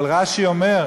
אבל רש"י אומר: